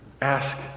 ask